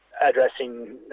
addressing